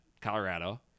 Colorado